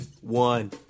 One